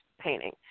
painting